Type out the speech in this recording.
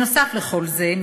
נוסף על כל זה,